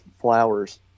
flowers